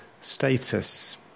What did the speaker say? status